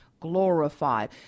glorified